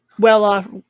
well-off